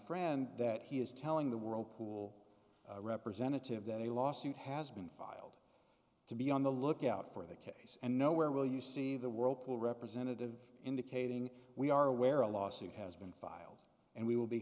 friend that he is telling the whirlpool representative that a lawsuit has been filed to be on the lookout for the case and no where will you see the whirlpool representative indicating we are aware a lawsuit has been filed and we will be